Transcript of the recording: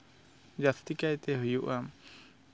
ᱡᱟᱹᱥᱛᱤ ᱠᱟᱭᱛᱮ ᱦᱩᱭᱩᱜᱼᱟ